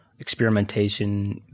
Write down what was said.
experimentation